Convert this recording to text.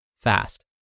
fast